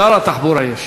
שר התחבורה ישיב.